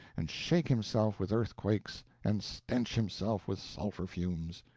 and shake himself with earthquakes, and stench himself with sulphur fumes.